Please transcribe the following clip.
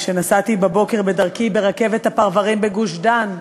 כשנסעתי הבוקר בדרכי ברכבת הפרברים בגוש-דן,